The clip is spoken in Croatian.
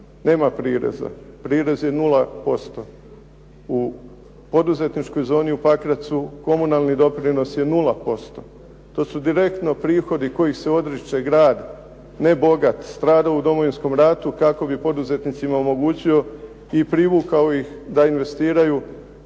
nema prireza, prirez je 0%. U poduzetničkoj zoni u Pakracu komunalni doprinos je 0%. To su direktno prihodi kojih se odriče grad, ne bogat, stradao u Domovinskom ratu, kako bi poduzetnicima omogućio i privukao ih da investiraju